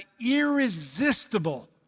irresistible